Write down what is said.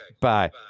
bye